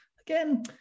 Again